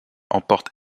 emporte